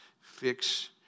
Fix